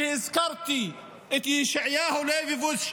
כשהזכרתי את ישעיהו ליבוביץ',